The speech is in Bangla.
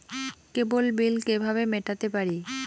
কেবল বিল কিভাবে মেটাতে পারি?